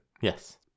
Yes